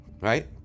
right